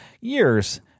years